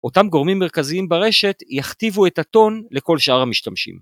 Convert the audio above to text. אותם גורמים מרכזיים ברשת יכתיבו את הטון לכל שאר המשתמשים.